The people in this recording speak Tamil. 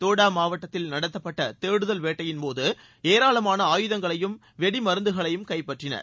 தோடா மாவட்டத்தில் நடத்தப்பட்ட தேடுதல் நடவடிக்கைகயின்போது ஏராளமான ஆயுதங்களையும் வெடி மருந்துகளையும் கைப்பற்றினர்